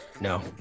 No